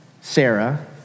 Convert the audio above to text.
Sarah